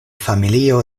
familio